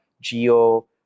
Geo